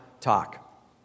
Talk